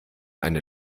eine